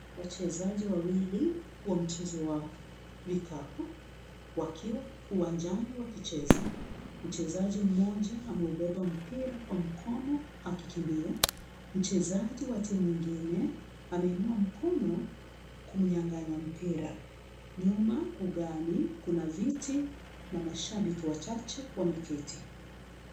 Wachezaji wawili wa mchezo wa vikapu, wakiwa uwanja wakicheza. Mchezaji mmoja ameubeba mpira kwa mkono akikimbia. Mchezaji wa timu ingine ameinua mkono kumyang'anya mpira. Nyuma ugani, kuna viti na mashabiki wachache wameketi.